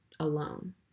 alone